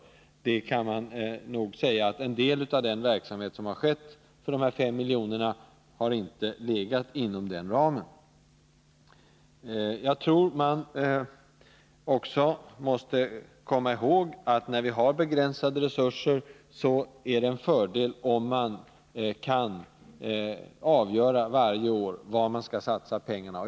Man kan nog påstå att en del av den verksanihet som bedrivits för dessa 5 miljoner inte har legat inom den ramen. Man måste också komma ihåg att när vi har begränsade resurser är det en fördel om man varje år kan avgöra var pengarna skall satsas.